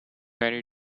very